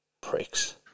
Pricks